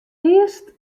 earst